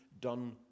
done